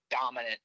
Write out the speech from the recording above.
Dominant